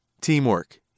Teamwork